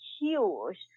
huge